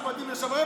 איפה הייתם כולכם?